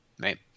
right